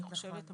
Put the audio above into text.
אני חושבת,